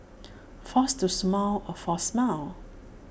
force to smile A forced smile